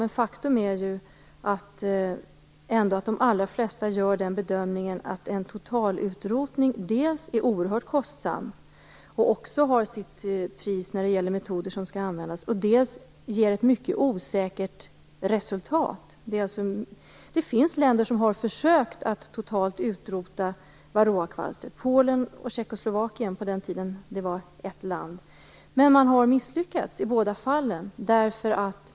Men faktum är att de allra flesta gör bedömningen att en totalutrotning är oerhört kostsam. Den har också sitt pris när det gäller metoder som skall användas. Vidare ger en totalutrotning ett mycket osäkert resultat. Det finns länder där man försökt att totalt utrota varroakvalstret - Polen och Tjeckoslovakien, under den tid då det senare landet var ett enda land. I båda fallen har man misslyckats.